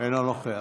אינו נוכח